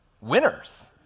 Winners